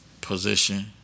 position